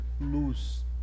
lose